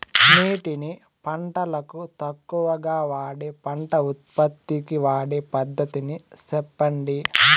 నీటిని పంటలకు తక్కువగా వాడే పంట ఉత్పత్తికి వాడే పద్ధతిని సెప్పండి?